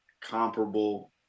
comparable